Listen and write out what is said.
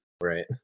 right